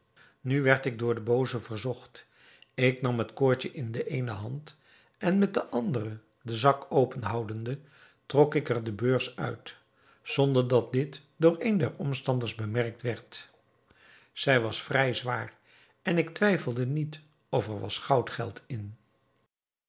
nu werd ik door den booze verzocht ik nam het koordje in de eene hand en met de andere den zak open houdende trok ik er de beurs uit zonder dat dit door een der omstanders bemerkt werd zij was vrij zwaar en ik twijfelde niet of er was goudgeld in